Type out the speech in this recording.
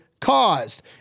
caused